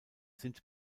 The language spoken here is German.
sind